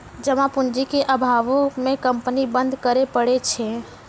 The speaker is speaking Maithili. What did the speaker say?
जमा पूंजी के अभावो मे कंपनी बंद करै पड़ै छै